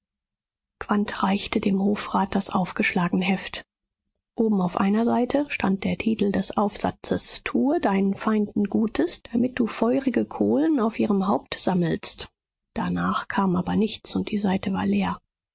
reichte dem hofrat das aufgeschlagene heft oben auf einer seite stand der titel des aufsatzes tue deinen feinden gutes damit du feurige kohlen auf ihrem haupt sammelst danach kam aber nichts und die seite war leer